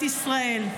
מסדר-היום.